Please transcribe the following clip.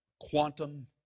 quantum